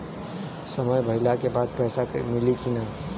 समय भइला के बाद पैसा मिली कि ना?